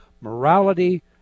morality